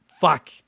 fuck